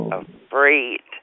afraid